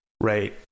Right